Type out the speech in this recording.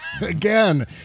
again